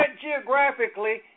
geographically